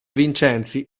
vincenzi